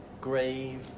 grave